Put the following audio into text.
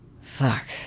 Fuck